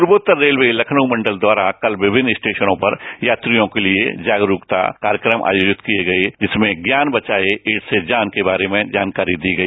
पूर्वोत्तर रेलवे लखनऊ मंडल द्वारा कल विभिन्न स्टेशनों पर यात्रियों के लिए जागरूकता कार्यक्रम आयोजित किए गए जिसमें श्ज्ञान बचाये एड्स से जानश के बारे में जानकारी दी गई